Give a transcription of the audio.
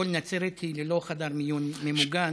כל נצרת היא ללא חדר מיון ממוגן.